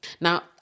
Now